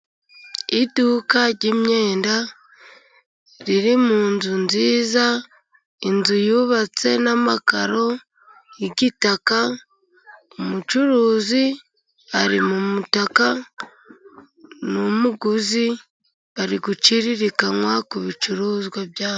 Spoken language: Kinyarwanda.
Iduka ry'imyenda, riri mu nzu nziza, inzu yubatse n'amakaro y'itaka, umucuruzi ari mu mutaka n'umuguzi, bari guciririkanywa ku bicuruzwa byabo.